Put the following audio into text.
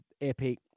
epic